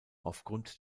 aufgrund